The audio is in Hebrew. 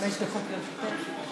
חמש דקות לרשותך,